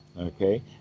Okay